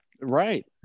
right